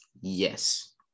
Yes